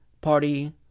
Party